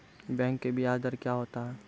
Bank का ब्याज दर क्या होता हैं?